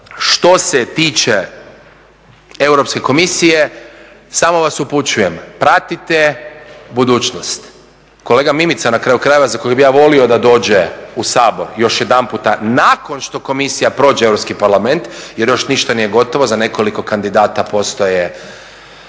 što se tiče Europske komisije samo vas upućujem pratite budućnost. Kolega Mimica na kraju krajeva za kojeg bih ja volio da dođe u Sabor još jedanput nakon što komisija prođe Europski parlament. Jer još ništa nije gotovo, za nekoliko kandidata postoje